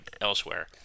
elsewhere